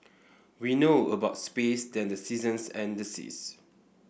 we know about space than the seasons and the seas